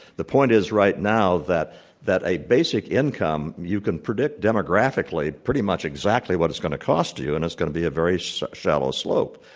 the point is right now, that that a basic income you can predict demographically pretty much exactly what it's going to cost you, and it's going to be a very so shallow slope.